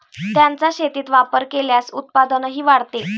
त्यांचा शेतीत वापर केल्यास उत्पादनही वाढते